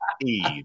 Eve